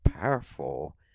powerful